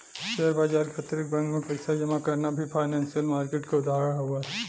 share बाजार के अतिरिक्त बैंक में पइसा जमा करना भी फाइनेंसियल मार्किट क उदाहरण हउवे